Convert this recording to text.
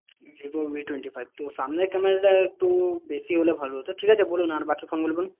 zero twenty five তো সামনের ক্যামেরাটা একটু বেশি হলে ভালো হত ঠিক আছে বলুন আর বাকি ফোনগুলো বলুন